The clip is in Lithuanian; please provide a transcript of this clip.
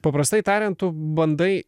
paprastai tariant tu bandai